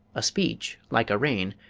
a speech, like a rain,